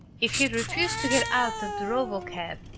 if he'd refused to get out of the robotcab